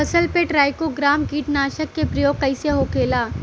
फसल पे trichogramma कीटनाशक के प्रयोग कइसे होखेला?